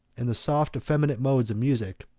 and the soft, effeminate modes of music,